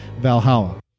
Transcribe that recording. Valhalla